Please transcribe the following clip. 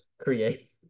create